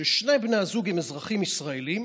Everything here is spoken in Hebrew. ששני בני הזוג הם אזרחים ישראלים,